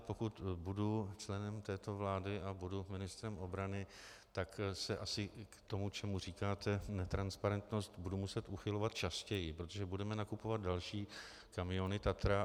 Pokud budu členem této vlády a budu ministrem obrany, tak se asi k tomu, čemu říkáte netransparentnost, budu muset uchylovat častěji, protože budeme nakupovat další kamiony Tatra.